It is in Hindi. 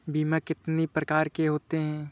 बीमा कितनी प्रकार के होते हैं?